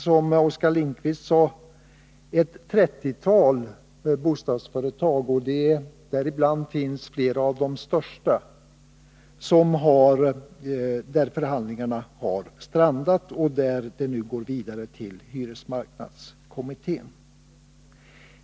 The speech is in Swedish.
Som Oskar Lindkvist sade har förhandlingarna strandat för ett trettiotal bostadsföretag — däribland finns flera av de största — och ärendet går nu vidare till hyresmarknadskommittén.